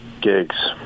gigs